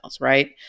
right